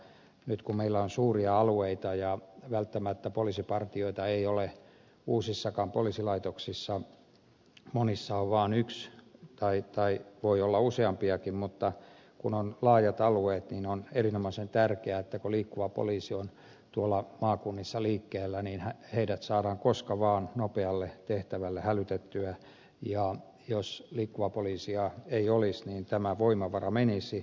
nyt kun meillä on suuria alueita ja välttämättä poliisipartioita ei ole uusissakaan poliisilaitoksissa monissa on vaan yksi tai voi olla useampiakin mutta kun on laajat alueet niin on erinomaisen tärkeää että kun liikkuva poliisi on tuolla maakunnissa liikkeellä niin heidät saadaan koska vaan nopealle tehtävälle hälytettyä ja jos liikkuvaa poliisia ei olisi niin tämä voimavara menisi